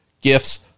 gifts